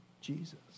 Jesus